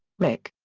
rick.